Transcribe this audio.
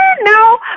no